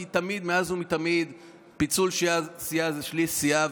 כי מאז ומתמיד פיצול סיעה הוא שליש סיעה.